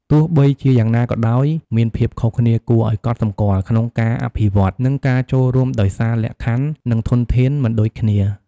ទោះបីជាយ៉ាងណាក៏ដោយ មានភាពខុសគ្នាគួរឱ្យកត់សម្គាល់ក្នុងការអភិវឌ្ឍន៍ និងការចូលរួមដោយសារលក្ខខណ្ឌ និងធនធានមិនដូចគ្នា។